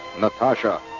Natasha